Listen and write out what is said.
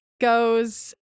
goes